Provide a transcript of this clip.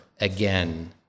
again